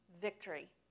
victory